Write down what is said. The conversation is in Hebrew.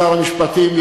שר המשפטים,